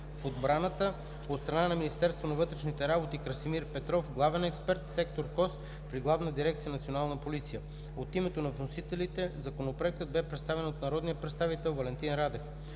в отбраната“; от страна на Министерството на вътрешните работи: Красимир Петров – главен експерт, сектор КОС при Главна дирекция „Национална полиция“. От името на вносителите Законопроектът бе представен от народния представител Валентин Радев.